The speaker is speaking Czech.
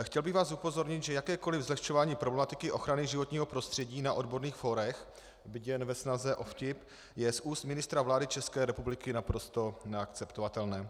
Chtěl bych vás upozornit, že jakékoli zlehčování problematiky ochrany životního prostředí na odborných fórech, byť jen ve snaze o vtip, je z úst ministra vlády České republiky naprosto neakceptovatelné.